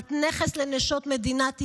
את נכס לנשות מדינת ישראל,